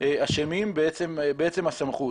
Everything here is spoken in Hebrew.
אשמים בעצם הסמכות.